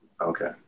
Okay